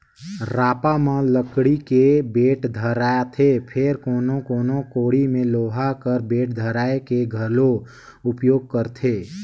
रापा म लकड़ी के बेठ धराएथे फेर कोनो कोनो कोड़ी मे लोहा कर बेठ धराए के घलो उपियोग करथे